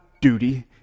duty